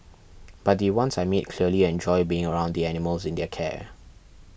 but the ones I meet clearly enjoy being around the animals in their care